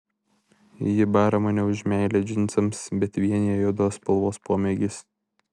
ji bara mane už meilę džinsams bet vienija juodos spalvos pomėgis